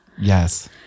Yes